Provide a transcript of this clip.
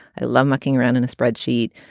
i love mucking around in a spreadsheet.